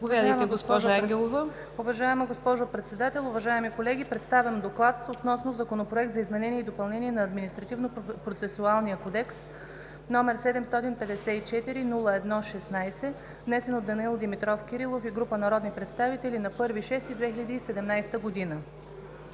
Уважаема госпожо Председател, уважаеми колеги! Представям Ви: „ДОКЛАД относно Законопроект за изменение и допълнение на Административнопроцесуалния кодекс, № 754-01-16, внесен от Данаил Димитров Кирилов и група народни представители на 1 юни 2017 г.